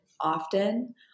often